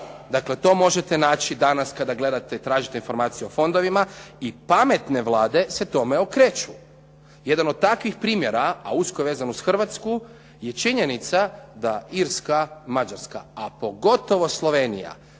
Dakle, to možete naći danas kad imate, tražite informacije o fondovima. I pametne vlade se tome okreću. Jedan od takvih primjera a usko vezan uz Hrvatsku je da Irska, Mađarska a pogotovo Slovenija